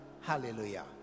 hallelujah